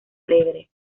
alegre